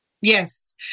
Yes